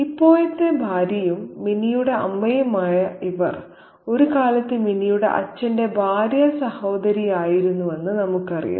ഇപ്പോഴത്തെ ഭാര്യയും മിനിയുടെ അമ്മയുമായ ഇവർ ഒരു കാലത്ത് മിനിയുടെ അച്ഛന്റെ ഭാര്യാ സഹോദരിയായിരുന്നുവെന്ന് നമുക്കറിയാം